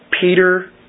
Peter